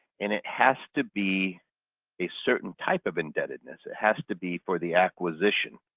and it has to be a certain type of indebtedness. it has to be for the acquisition.